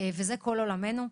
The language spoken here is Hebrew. זה כל עולמנו.